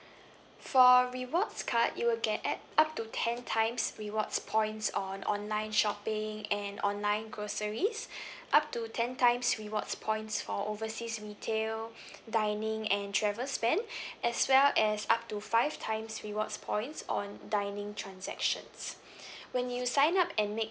for rewards card you will get at up to ten times rewards points on online shopping and online groceries up to ten times rewards points for overseas retail dining and travel spend as well as up to five times rewards points on dining transactions when you sign up and make